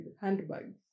handbags